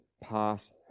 pass